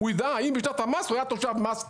הוא ידע אם בשנת המס הוא היה תושב מס,